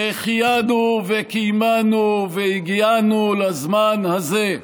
שהחיינו וקיימנו והגיענו לזמן הזה.